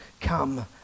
Come